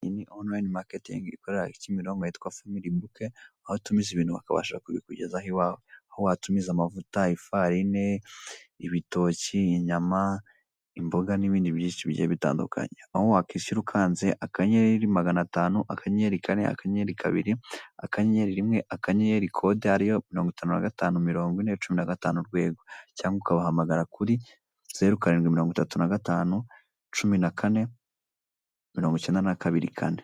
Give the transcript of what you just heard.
Iyi ni online marketing ikorera Kimironki yitwa Family Bouquet, aho utumiza ibintu bakabasha kubikugezaho iwawe, aho watumiza amavuta; ifarine; ibitoki; inyama; imboga n'ibindi byinshi bigiye bitandukanye. Aho wakwishyura ukanze akanyenyeri; magana atanu; akanyenyeri; kane; akanyenyeri; kabiri; akanyenyeri; rimwe; akanyenyeri; kode ariyo mirongwitanu na gatanu; mirongwine; cumu nagatanu; urwego cyangwa ukabahamagara kuri:zeru; karindwi; mirongwitatu na gatanu; cumi na kane; mirongwicyenda na kabiri; kane,